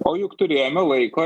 o juk turėjome laiko